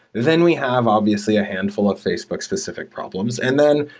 then we have obviously a handful of facebook specific problems. and then,